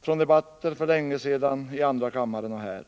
från debatter för länge sedan i andra kammaren och här.